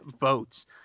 votes